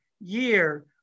year